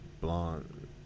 blonde